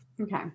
Okay